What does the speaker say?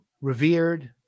revered